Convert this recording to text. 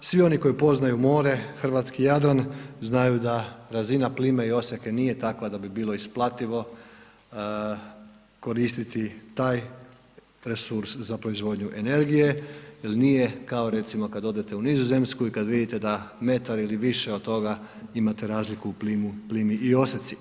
Svi oni koji poznaju more, hrvatski Jadran znaju da razina plime i oseke nije takva da bi bilo isplativo koristiti taj resurs za proizvodnju energije jer nije kao recimo kad odete u Nizozemsku i kad vidite da metar ili više od toga imate razliku u plimi i oseci.